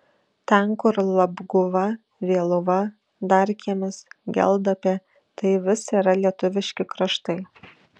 ten kur labguva vėluva darkiemis geldapė tai vis yra lietuviški kraštai